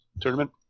tournament